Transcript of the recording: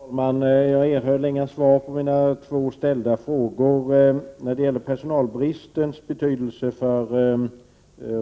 Herr talman! Jag har inte erhållit något svar på de två frågor som jag ställde om personalbristens betydelse för